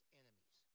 enemies